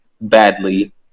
badly